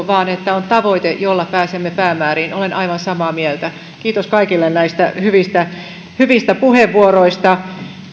vaan se että on tavoite jolla pääsemme päämääriin olen aivan samaa mieltä kiitos kaikille näistä hyvistä hyvistä puheenvuoroista